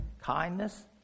kindness